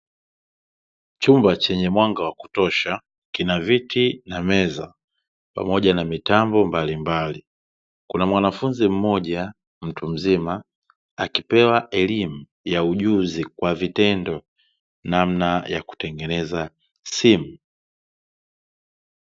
Chumba chenye mwanga wa kutosha, kina viti na meza pamoja na mitambo mbalimbali. Kuna mwanafunzi mmoja, mtu mzima, akipewa elimu ya ujuzi kwa vitendo namna ya kutengeneza simu.